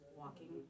walking